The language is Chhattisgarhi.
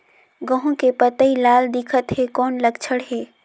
गहूं के पतई लाल दिखत हे कौन लक्षण हे?